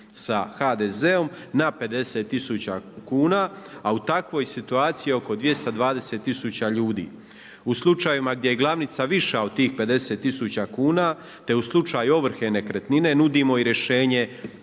sa HDZ-om na 50 tisuća kuna, a u takvoj situaciji je oko 220 tisuća ljudi. U slučajevima gdje je glavnica viša od tih 50 tisuća kuna, te u slučaju ovrhe nekretnine nudimo i rješenje,